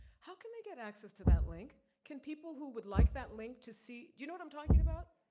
how can they get access to that link? can people who would like that link to see, you know what i'm talking about?